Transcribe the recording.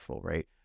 right